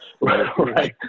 right